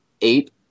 eight